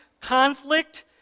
conflict